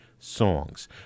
Songs